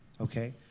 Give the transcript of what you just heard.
okay